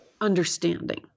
understanding